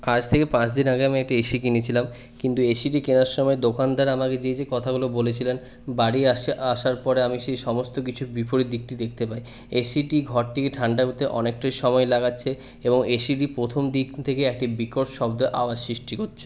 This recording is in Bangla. আজ থেকে পাঁচ দিন আগে আমি একটি এসি কিনেছিলাম কিন্তু এসিটি কেনার সময় দোকানদার আমাকে যে যে কথাগুলো বলেছিলেন বাড়ি আসা আসার পরে আমি সেই সমস্ত কিছুর বিপরীত দিকটি দেখতে পাই এসিটি ঘরটিকে ঠান্ডা করতে অনেকটাই সময় লাগাচ্ছে এবং এসিটি প্রথমদিন থেকে একটি বিকট শব্দে আওয়াজ সৃষ্টি ক